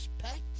respect